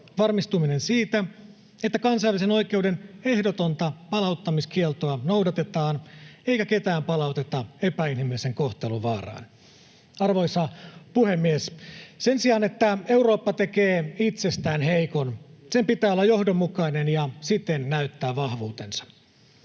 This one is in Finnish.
varmistuminen siitä, että kansainvälisen oikeuden ehdotonta palauttamiskieltoa noudatetaan eikä ketään palauteta epäinhimillisen kohtelun vaaraan. Arvoisa puhemies! Sen sijaan, että Eurooppa tekee itsestään heikon, sen pitää olla johdonmukainen ja siten näyttää vahvuutensa.